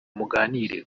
muganire